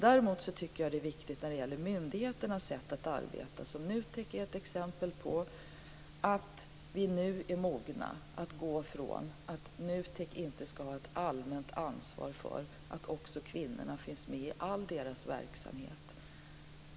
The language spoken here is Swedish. Däremot tycker jag att det är viktigt när det gäller myndigheternas sätt att arbeta, där NUTEK är ett exempel, att vi nu är mogna att gå från att NUTEK inte ska ha ett allmänt ansvar för att också kvinnorna finns med i all deras verksamhet.